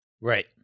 Right